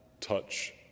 touch